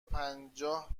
پنجاه